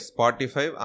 Spotify